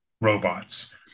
robots